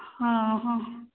ହଁ ହଁ